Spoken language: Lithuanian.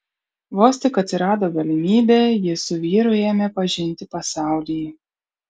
vos tik atsirado galimybė ji su vyru ėmė pažinti pasaulį